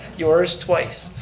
yours, twice.